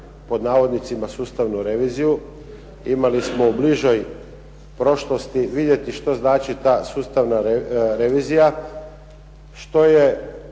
osobno nisam "sustavnu reviziju". Imali smo u prošlosti vidjeli što znači ta sustavna revizija. Što je